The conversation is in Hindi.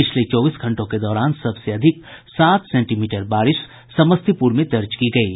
पिछले चौबीस घंटों के दौरान सबसे अधिक सात सेंटीमीटर बारिश समस्तीपुर में दर्ज की गयी